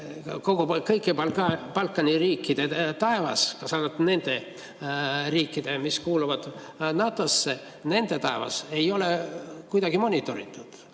kõikide Balkani riikide taevas, kaasa arvatud need riigid, mis kuuluvad NATO‑sse, nende taevas ei ole kuidagi monitooritud.